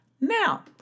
Now